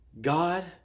God